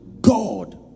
God